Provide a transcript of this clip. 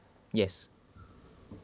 yes